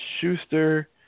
Schuster